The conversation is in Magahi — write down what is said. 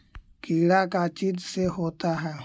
कीड़ा का चीज से होता है?